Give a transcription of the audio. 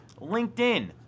LinkedIn